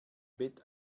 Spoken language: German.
bett